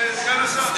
סגן השר,